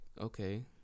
okay